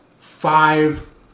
five